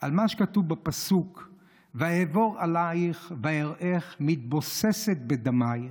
על מה שכתוב בפסוק: "ואעבור עליך ואראך מתבוססת בדמיך